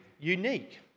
unique